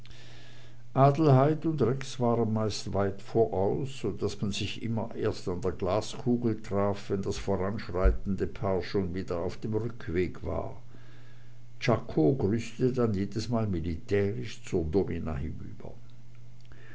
adelheid und rex waren meist weit voraus so daß man sich immer erst an der glaskugel traf wenn das voranschreitende paar schon wieder auf dem rückwege war czako grüßte dann jedesmal militärisch zur domina hinüber